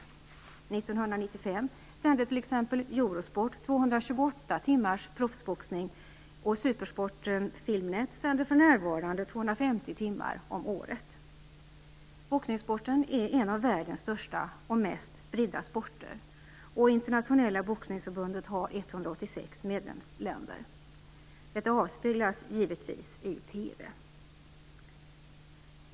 1995 sände t.ex. Eurosport 228 timmars proffsboxning, och Supersport Film Net sänder för närvarande 250 timmar om året. Boxningssporten är en av världens största och mest spridda sporter, och Internationella Boxningsförbundet har 186 medlemsländer. Detta avspeglas givetvis i TV.